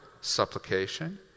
supplication